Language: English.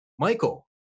Michael